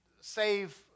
save